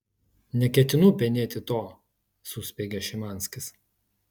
neketinu penėti to suspiegė šimanskis